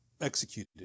executed